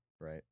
right